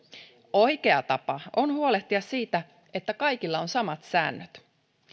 oikea tapa on huolehtia siitä että kaikilla on samat säännöt